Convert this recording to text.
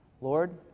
Lord